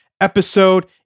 episode